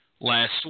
last